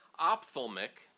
ophthalmic